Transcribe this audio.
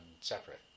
separate